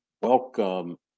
welcome